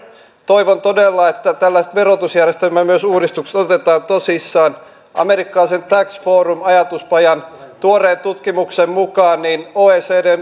toivon todella että tällaiset verotusjärjestelmän uudistukset otetaan tosissaan amerikkalaisen tax forum ajatuspajan tuoreen tutkimuksen mukaan oecd